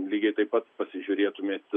lygiai taip pat pasižiūrėtumėt